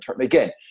again